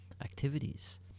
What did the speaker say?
activities